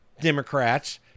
Democrats